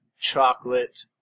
chocolate